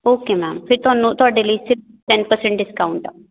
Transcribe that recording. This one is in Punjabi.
ਓਕੇ ਮੈਮ ਫਿਰ ਤੁਹਾਨੂੰ ਤੁਹਾਡੇ ਲਈ ਸਿਰਫ ਟੈਨ ਪ੍ਰਸੈਂਟ ਡਿਸਕਾਊਂਟ ਆ